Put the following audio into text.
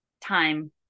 time